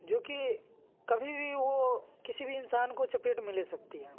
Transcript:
जो कि कभी भी वो किसी भी इंसान को चपेट में ले सकती है